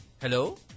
Hello